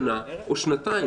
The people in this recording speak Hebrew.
שנה או שנתיים,